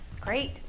Great